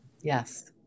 yes